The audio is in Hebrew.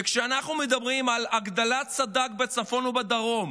וכשאנחנו מדברים על הגדלת סד"כ בצפון ובדרום